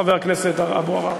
חבר הכנסת אבו עראר?